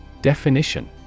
Definition